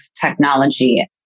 technology